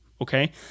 okay